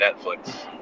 Netflix